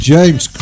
James